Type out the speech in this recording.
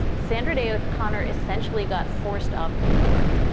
sandra day o'connor essentially got forced off the court.